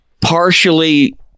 partially